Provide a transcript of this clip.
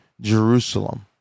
Jerusalem